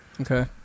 Okay